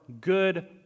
good